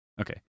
Okay